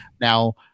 Now